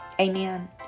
Amen